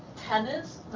tennis,